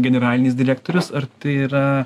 generalinis direktorius ar tai yra